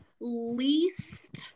least